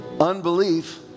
unbelief